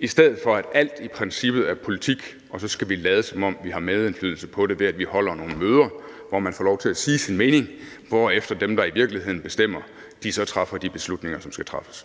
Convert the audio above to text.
i stedet for at alt i princippet er politik, og at vi så skal lade, som om vi har medindflydelse på det, ved at vi holder nogle møder, hvor man får lov til at sige sin mening, hvorefter dem, der i virkeligheden bestemmer, træffer de beslutninger, som skal træffes.